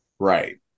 Right